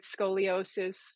scoliosis